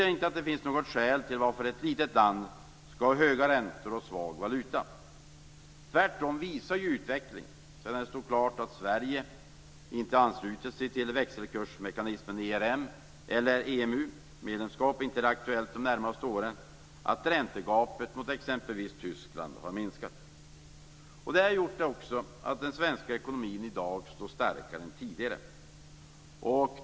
Det finns inte något skäl till att ett litet land skall ha höga räntor och svag valuta. Tvärtom visar ju utvecklingen, sedan det stod klart att Sverige inte ansluter sig till växelkursmekanismen ERM och att EMU-medlemskap inte är aktuellt de närmaste åren, att räntegapet mot exempelvis Tyskland har minskat. Det har också gjort att den svenska ekonomin i dag står starkare än tidigare.